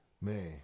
Man